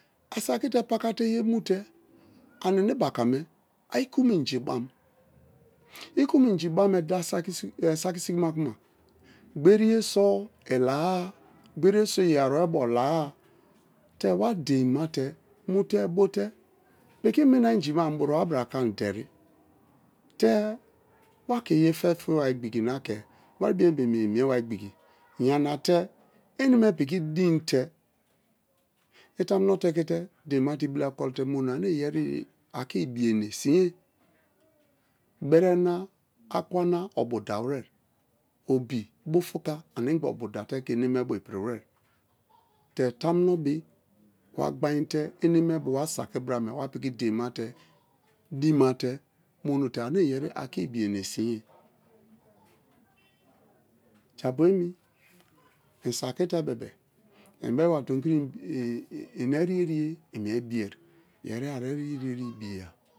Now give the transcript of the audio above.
Asaki te paka te̠ yemu̠ te̠ ane enebaka me i̠ ikuma i̠nji̠ ba-am ikuma i̠nji ba me saki sigima ka ma gberi̠ye so i la-a gberi-ye so i̠ aruebo la-a te̠ wa dein mate mute bo te piki mina i̠nji̠ ma ani burua bra ke ani̠ deri te wake ye fefiwa igbiki na wari̠ we ye mie-mie ye mie wa igbi̠ki̠ yana ke eneme piki din te itamuno tekete dein mate mono ane yere ake̠ ibi̠-ene si̠nye bere na akwa na obu da were obi bu fuka animgba obuda te ke ememe bo ipi̠ri̠ were te tamuno be wa gba ain te̠ eneme bo wasaki̠ bra me wa pi̠ki̠ deinmate mono te ane yeri ake̠ ibi ene sinye japu emi i̠ saki te be̠be̠-e i̠ beba tomi kiri i ere̠ye̠-ere̠ye i̠ mie biye ye a eri̠ye-ri̠ye mi̠e bi̠ya.